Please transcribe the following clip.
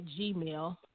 gmail